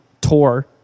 tour